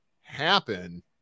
happen